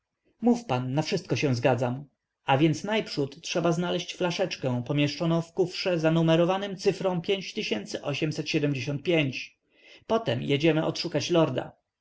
mów pan na wszystko się zgadzam a więc najprzód trzeba znaleść flaszeczkę pomieszczoną w kufrze za numerów cyfrom pić pięć o jedziemy odszukać lorda